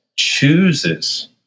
chooses